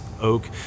Oak